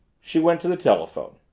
she went to the telephone.